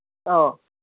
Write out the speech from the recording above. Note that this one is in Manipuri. ꯑꯧ